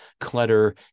clutter